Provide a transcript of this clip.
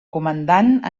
comandant